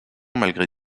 malgré